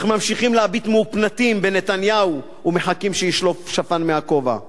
אך ממשיכים להביט מהופנטים בנתניהו ומחכים שישלוף שפן מהכובע.